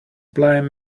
blind